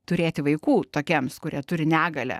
turėti vaikų tokiems kurie turi negalią